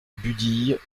budille